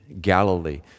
Galilee